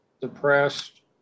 depressed